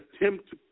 attempt